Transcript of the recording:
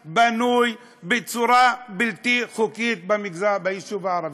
בתים שבנויים בצורה בלתי חוקית ביישוב הערבי.